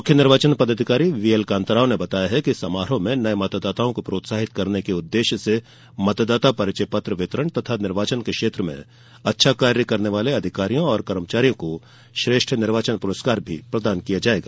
मुख्य निर्वाचन पदाधिकारी वी एल कान्ता राव ने बताया है कि समारोह में नये मतदाताओं को प्रोत्साहित करने के उद्देश्य से मतदाता परिचय पत्र वितरण तथा निर्वाचन के क्षेत्र में अच्छा कार्य करने वाले अधिकारियों कर्मचारियों को श्रेष्ठ निर्वाचन पुरस्कार प्रदान किया जायेगा